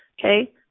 okay